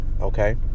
Okay